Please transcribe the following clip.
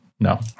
No